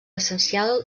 essencial